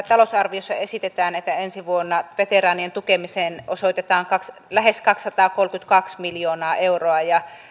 talousarviossa esitetään että ensi vuonna veteraanien tukemiseen osoitetaan lähes kaksisataakolmekymmentäkaksi miljoonaa euroa ja